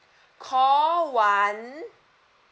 call one